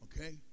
Okay